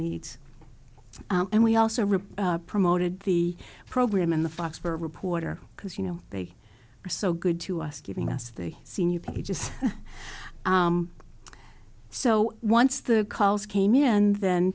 needs and we also rip promoted the program and the fox for reporter because you know they are so good to us giving us the senior pages so once the calls came in th